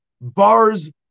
bars